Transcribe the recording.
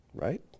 right